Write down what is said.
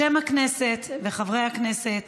בשם הכנסת וחברי הכנסת,